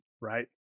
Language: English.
Right